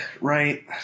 right